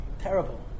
terrible